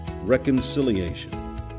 reconciliation